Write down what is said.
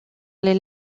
les